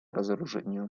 разоружению